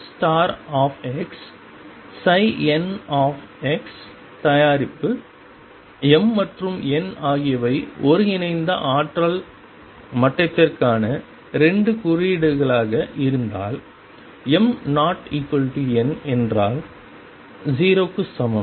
mxnதயாரிப்பு m மற்றும் n ஆகியவை ஒருங்கிணைந்த ஆற்றல் மட்டத்திற்கான 2 குறியீடுகளாக இருந்தால் m ≠ n என்றால் 0 க்கு சமம்